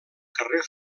carrer